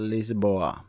Lisboa